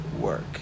work